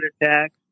attack